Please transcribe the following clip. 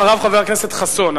אחריו חבר הכנסת חסון.